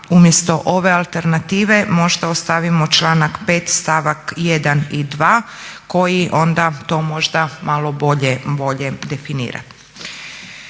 umjesto ove alternative možda ostavimo članak 5. stavak 1. i 2. koji onda to možda malo bolje definira.